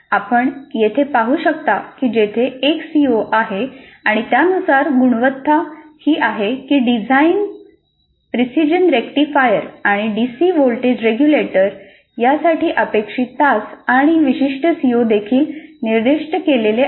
आपण येथे पाहू शकता की येथे एक सीओ आहे आणि त्यानुसार गुणवत्ता ही आहे की 'डिझाईन प्रिसिजन रेक्टिफायर आणि डीसी वोल्टेज रेगुलेटर यासाठी अपेक्षित तास आणि विशिष्ट सीओ देखील निर्दिष्ट केलेले आहेत